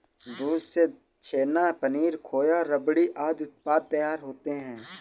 दूध से छेना, पनीर, खोआ, रबड़ी आदि उत्पाद तैयार होते हैं